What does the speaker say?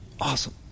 Awesome